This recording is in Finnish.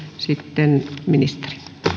sitten ministeri